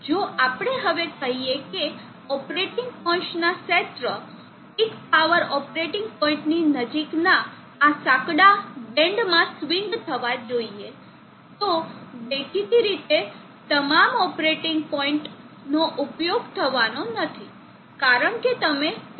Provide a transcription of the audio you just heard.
જો આપણે હવે કહીએ કે ઓપરેટિંગ પોઇન્ટ્સના ક્ષેત્ર પીક પાવર ઓપરેટિંગ પોઇન્ટની નજીકના આ સાંકડા બેન્ડમાં સ્વિંગ થવા જોઈએ તો દેખીતી રીતે આ તમામ ઓપરેટિંગ પોઇન્ટ્સનો ઉપયોગ થવાનો નથી કારણ કે તમે પીક પાવર ઓપરેટિંગ પોઇન્ટથી નીચે હશો